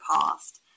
past